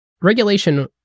Regulation